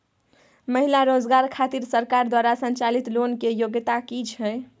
महिला रोजगार खातिर सरकार द्वारा संचालित लोन के योग्यता कि छै?